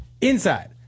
Inside